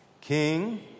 King